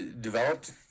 developed